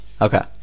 Okay